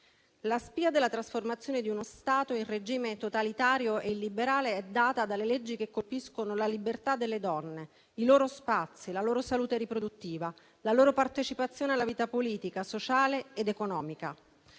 La spia della trasformazione di uno Stato in regime totalitario e illiberale è data dalle leggi che colpiscono la libertà delle donne, i loro spazi, la loro salute riproduttiva e la loro partecipazione alla vita politica, sociale ed economica.